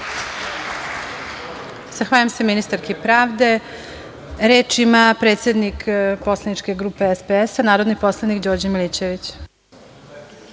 Zahvaljujem se ministarki pravde. Reč ima predsednik poslaničke grupe SPS, narodni poslanik Đorđe Milićević.